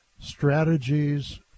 strategies